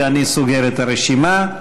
ואני סוגר את הרשימה.